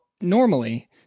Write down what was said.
normally